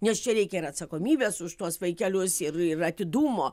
nes čia reikia ir atsakomybės už tuos vaikelius ir ir atidumo